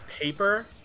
paper